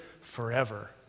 forever